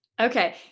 Okay